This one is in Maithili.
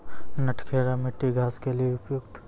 नटखेरा मिट्टी घास के लिए उपयुक्त?